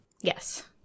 Yes